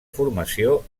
formació